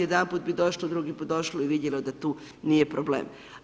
Jedanput bi došlo, drugi put došlo i vidjelo da tu nije problem.